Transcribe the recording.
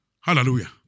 Hallelujah